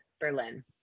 Berlin